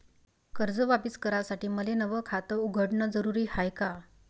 कर्ज वापिस करासाठी मले नव खात उघडन जरुरी हाय का?